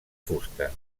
fusta